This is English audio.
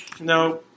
No